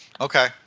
Okay